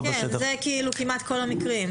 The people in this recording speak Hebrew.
כן, זה כמעט כל המקרים.